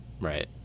right